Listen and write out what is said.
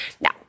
Now